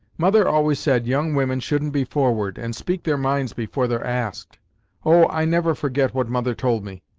mother always said young women shouldn't be forward, and speak their minds before they're asked oh! i never forget what mother told me.